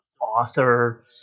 author –